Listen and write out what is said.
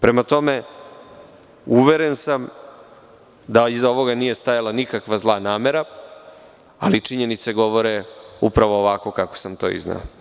Prema tome, uveren sam da iza ovoga nije stajala nikakva namera, ali činjenice govore upravo ovako kako sam to izneo.